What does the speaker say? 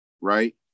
Right